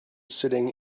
sitting